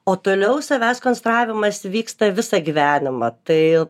o toliau savęs konstravimas vyksta visą gyvenimą tai